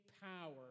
power